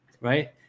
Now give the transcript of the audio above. right